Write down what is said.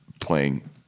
playing